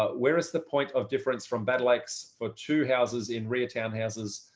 ah where is the point of difference from bed likes for two houses in rear townhouses